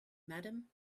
madam